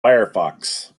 firefox